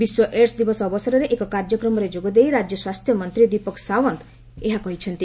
ବିଶ୍ୱ ଏଡ୍ସ ଦିବସ ଅବସରରେ ଏକ କାର୍ଯ୍ୟକ୍ରମରେ ଯୋଗଦେଇ ରାଜ୍ୟ ସ୍ୱାସ୍ଥ୍ୟମନ୍ତ୍ରୀ ଦୀପକ ସାଓନ୍ତ ଏହା କହିଛନ୍ତି